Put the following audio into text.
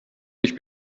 mich